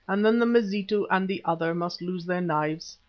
and then the mazitu and the other must lose their knives.